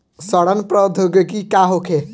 सड़न प्रधौगिकी का होखे?